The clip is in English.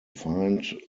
find